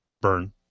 burn